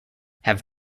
have